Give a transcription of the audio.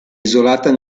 isolata